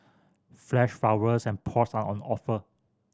fresh flowers and pots are on offer